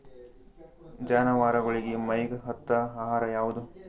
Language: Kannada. ಜಾನವಾರಗೊಳಿಗಿ ಮೈಗ್ ಹತ್ತ ಆಹಾರ ಯಾವುದು?